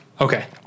Okay